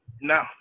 No